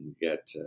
get